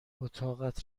اتاقت